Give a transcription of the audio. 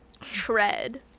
Tread